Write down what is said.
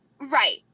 Right